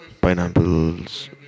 Pineapples